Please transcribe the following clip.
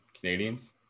Canadians